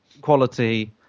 quality